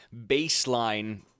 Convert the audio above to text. baseline